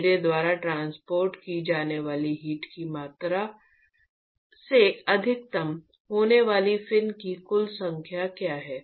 मेरे द्वारा ट्रांसपोर्ट की जाने वाली हीट की कुल मात्रा से अधिकतम होने वाले फिन की कुल संख्या क्या है